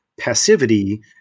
Passivity